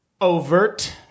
overt